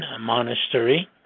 monastery